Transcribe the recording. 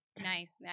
nice